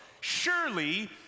Surely